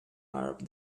arab